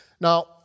Now